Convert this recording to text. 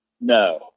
No